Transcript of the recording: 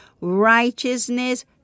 righteousness